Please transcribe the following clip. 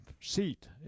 seat